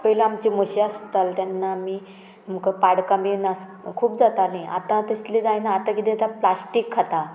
पयलीं आमची म्हशी आसताले तेन्ना आमी आमकां पाडकां बी नास खूब जातालीं आतां तसलीं जायना आतां किदें जाता प्लास्टीक खाता